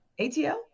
ATL